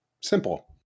Simple